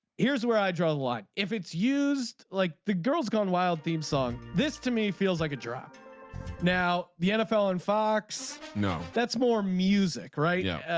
here's where i draw the line. if it's used like the girls gone wild theme song this to me feels like a drop now. the nfl on fox. no. that's more music right yeah